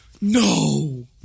no